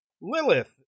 Lilith